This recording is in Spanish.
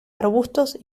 arbustos